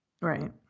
Right